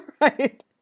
Right